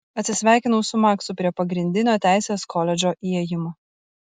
atsisveikinu su maksu prie pagrindinio teisės koledžo įėjimo